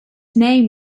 name